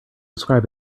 describe